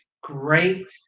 great